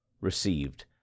received